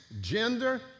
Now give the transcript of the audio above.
gender